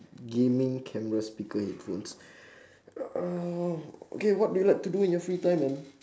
gaming camera speaker headphones uh okay what do you like to do in your free time then